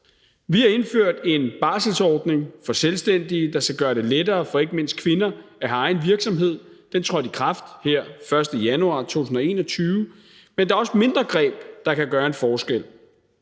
Vi har indført en barselsordning for selvstændige, der skal gøre det lettere for ikke mindst kvinder at have egen virksomhed. Den trådte i kraft her den 1. januar 2021. Men der er også mindre greb, der kan gøre en forskel.